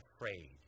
afraid